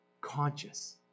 conscious